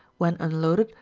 when unloaded,